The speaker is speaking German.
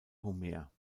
homer